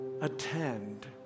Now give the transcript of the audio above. attend